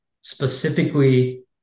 specifically